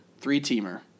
three-teamer